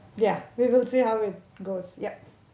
ya we will see how it goes yup